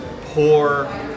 poor